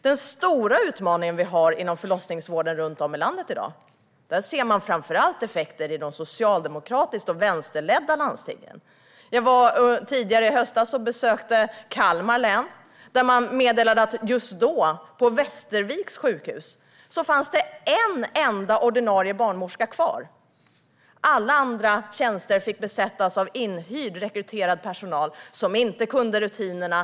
Den stora utmaningen inom dagens förlossningsvård runt om i landet ser man framför allt effekter av i de socialdemokratiskt ledda och vänsterledda landstingen. Jag besökte tidigare i höstas Kalmar län, där man meddelade att det just då på Västerviks sjukhus fanns en enda ordinarie barnmorska kvar. Alla andra tjänster fick besättas av inhyrd personal som inte kunde rutinerna.